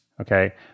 Okay